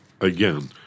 again